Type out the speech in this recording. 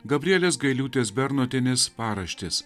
gabrielės gailiūtės bernotienės paraštės